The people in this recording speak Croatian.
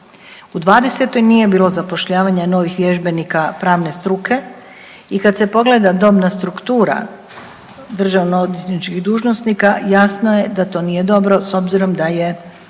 U '20.-toj nije bilo zapošljavanja novih vježbenika pravne struke i kad se pogleda dobna struktura državno odvjetničkih dužnosnika jasno je da to nije dobro s obzirom da je